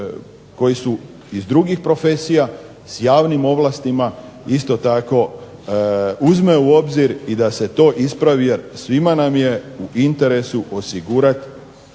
koji su iz drugih profesija s javnim ovlastima isto tako uzme u obzir jer svima nam je u interesu osigurati